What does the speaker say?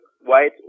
white